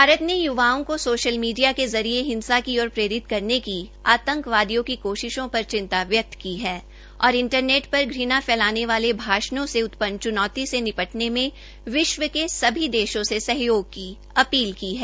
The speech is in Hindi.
भारत ने युवाओं को सोशल मीडिरा के जरिये हिंसा की ओर प्रेरित करने वाले आंतकवादियो कोशिशों पर चिंता व्यक्त की है और इंटरनेट पर घणा फैलाने वोल भाषणों से उत्पन च्नौती से निपटने में विश्व के सभी देशों से सहयोग की अपील की है